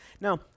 Now